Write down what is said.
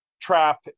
trap